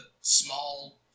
small